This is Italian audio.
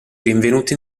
rinvenuti